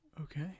Okay